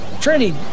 Trinity